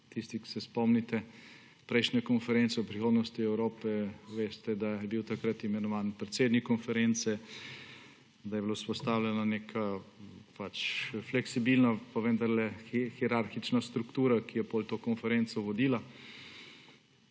Tisti, ki se spomnite prejšnje konference o prihodnosti Evrope, veste, da je bil takrat imenovan predsednik konference, da je bila vzpostavljena neka fleksibilna, pa vendarle hierarhična struktura, ki je potem to konferenco vodila,